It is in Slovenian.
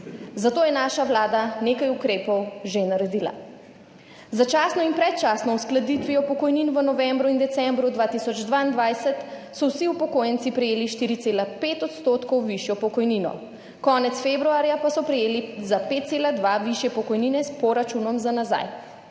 zato je naša Vlada nekaj ukrepov že naredila. Z začasno in predčasno uskladitvijo pokojnin v novembru in decembru 2022 so vsi upokojenci prejeli 4,5 % višjo pokojnino, konec februarja pa so prejeli za 5,2 višje pokojnine s poračunom za nazaj.